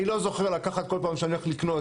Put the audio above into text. אני לא זוכר לקחת כל פעם כשאני הולך לקנות,